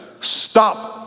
stop